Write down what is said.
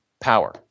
power